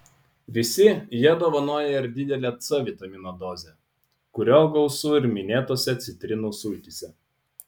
visi jie dovanoja ir didelę c vitamino dozę kurio gausu ir minėtose citrinų sultyse